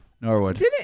Norwood